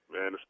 Man